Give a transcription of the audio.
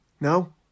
No